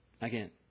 again